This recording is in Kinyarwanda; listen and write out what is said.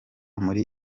muri